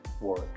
work